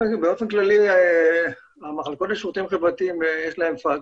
באופן כללי למחלקות לשירותים חברתיים יש פקס.